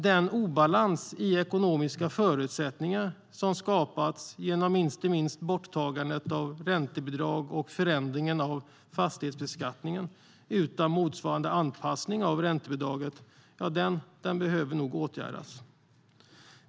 Den obalans i ekonomiska förutsättningar som skapats genom inte minst borttagandet av räntebidraget och förändringen av fastighetsbeskattningen, utan motsvarande anpassning av ränteavdragen, behöver nog åtgärdas.